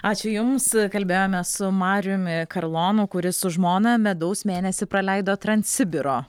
ačiū jums kalbėjome su mariumi karlonu kuris su žmona medaus mėnesį praleido transsibiro